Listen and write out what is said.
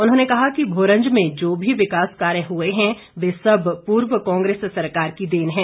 उन्होंने कहा कि भोरंज में जो भी विकास कार्य हुए हैं वे सब पूर्व कांग्रेस सरकार की देन है